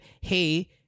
hey